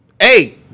Hey